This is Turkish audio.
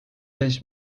beş